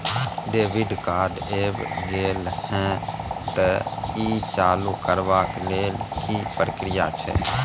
Debit card ऐब गेल हैं त ई चालू करबा के लेल की प्रक्रिया छै?